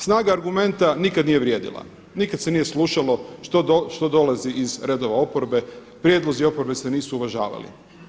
Snaga argumenta nikada nije vrijedila, nikada se nije slušalo što dolazi iz redova oporbe, prijedlozi oporbe se nisu uvažavali.